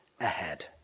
ahead